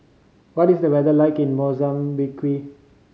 what is the weather like in Mozambique